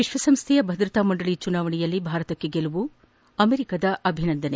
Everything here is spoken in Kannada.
ವಿಶ್ವಸಂಸ್ಥೆಯ ಭದ್ರತಾ ಮಂಡಳಿಯ ಚುನಾವಣೆಯಲ್ಲಿ ಭಾರತಕ್ಕೆ ಗೆಲುವು ಅಮೆರಿಕದ ಅಭಿನಂದನೆ